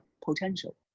potential